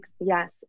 Yes